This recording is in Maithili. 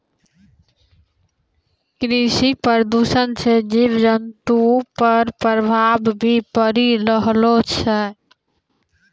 कृषि प्रदूषण से जीव जन्तु पर प्रभाव भी पड़ी रहलो छै